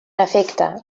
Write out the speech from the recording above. efecte